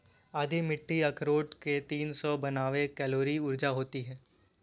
आधी मुट्ठी अखरोट में तीन सौ बानवे कैलोरी ऊर्जा होती हैं